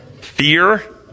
Fear